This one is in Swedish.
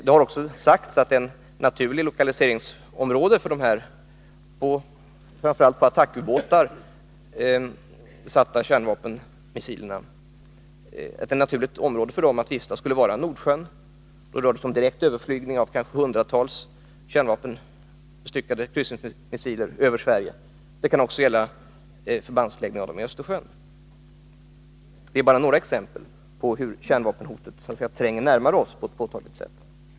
Det har också sagts att ett naturligt lokaliseringsområde för dessa — framför allt kärnvapenmissiler satta på attackubåtar — att vistas på skulle vara Nordsjön. Det rör sig också om direkt överflygning över Sverige av kanske hundratals kärnvapenbestyckade kryssningsmissiler. Det kan också gälla placering av sådana i förband, stationerade i Östersjön. Detta är bara några exempel på hur kärnvapenhotet tränger närmare oss på ett påtagligt sätt.